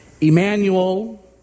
Emmanuel